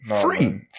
Free